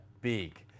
big